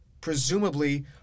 presumably